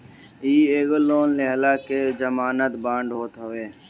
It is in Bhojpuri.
इ एगो लोन लेहला के जमानत बांड होत हवे